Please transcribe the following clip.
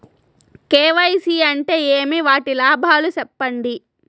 KYC అంటే ఏమి? వాటి లాభాలు సెప్పండి?